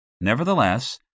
Nevertheless